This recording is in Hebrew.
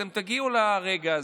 אתם תגיעו לרגע הזה.